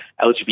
LGBT